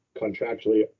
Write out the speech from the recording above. contractually